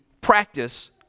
Practice